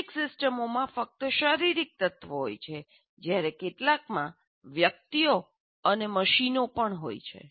કેટલીક સિસ્ટમોમાં ફક્ત શારીરિક તત્વો હોય છે જ્યારે કેટલાકમાં વ્યક્તિઓ અને મશીનો પણ હોય છે